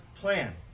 plan